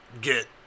get